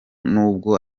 nubwo